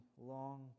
long